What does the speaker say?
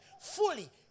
fully